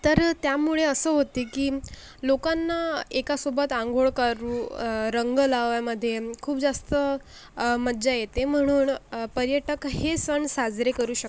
तर त्यामुळे असं होते की लोकांना एकासोबत आंघोळ करू रंग लावायमधे खूप जास्त मजा येते म्हणून पर्यटक हे सण साजरे करू शकतात